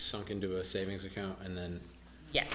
sunk into a savings account and then ye